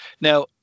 Now